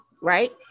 right